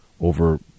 over